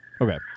Okay